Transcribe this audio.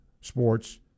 sports